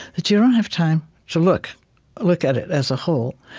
that you don't have time to look look at it as a whole.